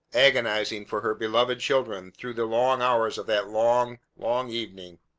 agonizing for her beloved children through the long hours of that long, long evening.